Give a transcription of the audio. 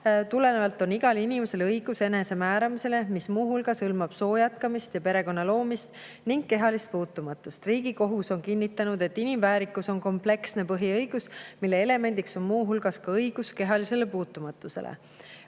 tulenevalt on igal inimesel õigus [vabale eneseteostusele], mis muu hulgas hõlmab soo jätkamist ja perekonna loomist ning kehalist puutumatust. Riigikohus on kinnitanud, et inimväärikus on kompleksne põhiõigus, mille elemendiks on muu hulgas ka õigus kehalisele puutumatusele.